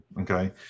Okay